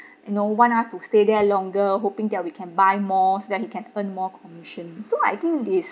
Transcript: you know want us to stay there longer hoping that we can buy more so that he can earn more commission so I think this